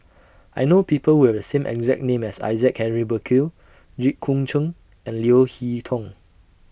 I know People Who Have The same exact name as Isaac Henry Burkill Jit Koon Ch'ng and Leo Hee Tong